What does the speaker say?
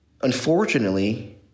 Unfortunately